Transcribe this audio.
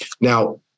Now